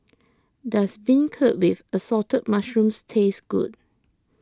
does Beancurd with Assorted Mushrooms taste good